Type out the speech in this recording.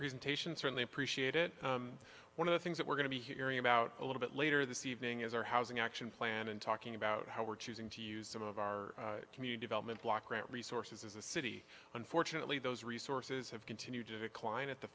presentation certainly appreciate it one of the things that we're going to be hearing about a little bit later this evening is our housing action plan and talking about how we're choosing to use some of our community development block grant resources as a city unfortunately those resources have continued to decline at the